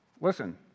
Listen